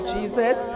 Jesus